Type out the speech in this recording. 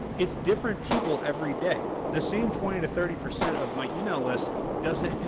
it's different people every day, the same twenty to thirty percent of my email list doesn't,